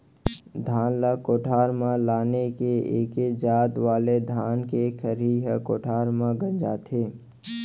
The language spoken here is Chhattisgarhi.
धान ल कोठार म लान के एके जात वाले धान के खरही ह कोठार म गंजाथे